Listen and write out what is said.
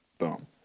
Boom